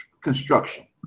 construction